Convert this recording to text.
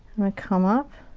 gonna come up.